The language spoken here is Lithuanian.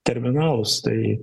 terminalus tai